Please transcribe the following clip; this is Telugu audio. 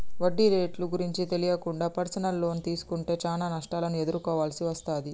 వడ్డీ రేట్లు గురించి తెలియకుండా పర్సనల్ తీసుకుంటే చానా నష్టాలను ఎదుర్కోవాల్సి వస్తది